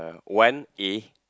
one A